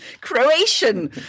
Croatian